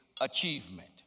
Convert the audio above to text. achievement